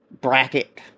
bracket